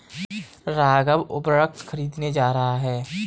राघव उर्वरक खरीदने जा रहा है